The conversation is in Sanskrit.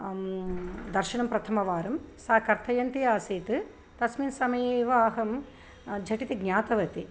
दर्शनं प्रथमवारं सा कर्तयन्ती आसीत् तस्मिन् समयेव अहं झटिति ज्ञातवति